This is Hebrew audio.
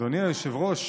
אדוני היושב-ראש,